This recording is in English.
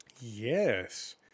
Yes